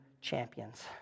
champions